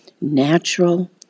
natural